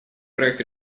проект